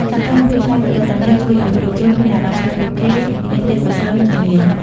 សកម្មភាពច្នៃប្រឌិតទាំងនេះជួយឱ្យយុវជនមានអារម្មណ៍ថាពួកគេមានទេពកោសល្យ និងជំនាញ។